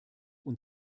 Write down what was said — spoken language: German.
und